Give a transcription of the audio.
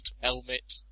helmet